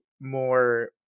more